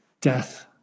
death